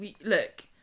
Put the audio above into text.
look